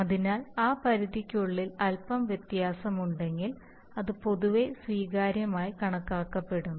അതിനാൽ ആ പരിധിക്കുള്ളിൽ അൽപം വ്യത്യാസമുണ്ടെങ്കിൽ അത് പൊതുവെ സ്വീകാര്യമായി കണക്കാക്കപ്പെടുന്നു